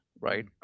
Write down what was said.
right